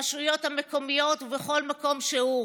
הרשויות המקומיות ובכל מקום שהוא.